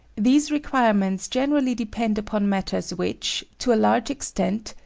these requirements generally depend upon matters which, to a large extent,